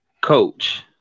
coach